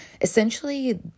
essentially